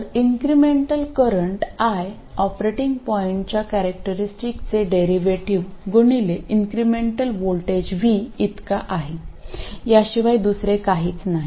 तर incremental current i operating पॉईंटच्या कॅरेक्टरिस्टिकचे डेरिव्हेटिव्ह गुणिले इन्क्रिमेंटल व्होल्टेज v इतका आहे याशिवाय दुसरे काहीच नाही